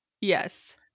yes